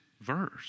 verse